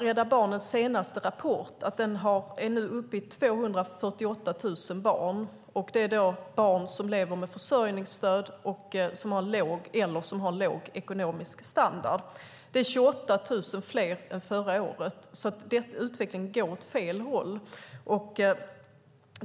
Rädda Barnens senaste rapport visar att barnfattigdomen nu är uppe i 248 000 barn. Det är då barn till föräldrar som lever med försörjningsstöd eller som har låg ekonomisk standard. Det är 28 000 fler än förra året, så utvecklingen går åt fel håll.